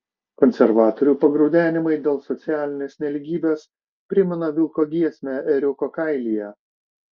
konservatorių pagraudenimai dėl socialinės nelygybės primena vilko giesmę ėriuko kailyje